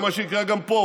זה מה שיקרה גם פה,